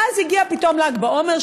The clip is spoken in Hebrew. ואז הגיע פתאום ל"ג בעומר,